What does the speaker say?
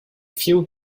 few